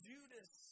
Judas